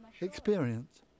experience